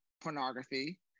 Pornography